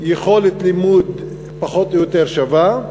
יכולת לימוד פחות או יותר שווה.